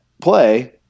play